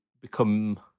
become